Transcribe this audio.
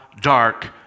dark